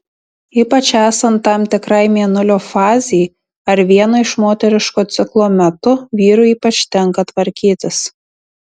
ypač esant tam tikrai mėnulio fazei ar vieno iš moteriško ciklo metu vyrui ypač tenka tvarkytis